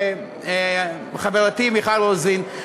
חברתי מיכל רוזין,